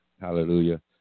Hallelujah